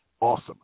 awesome